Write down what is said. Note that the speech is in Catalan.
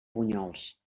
bunyols